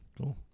cool